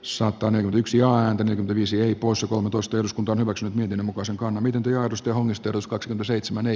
saatan yksi ääntä viisi eepos on kosteus kunto maksumiehen osa on miten työdustelun istutuskotka seitsemän ei